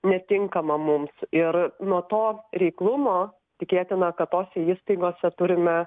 netinkama mums ir nuo to reiklumo tikėtina kad tose įstaigose turime